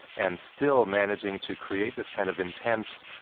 and still managing to create this kind of intense,